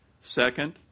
Second